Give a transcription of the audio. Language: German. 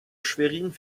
schwerin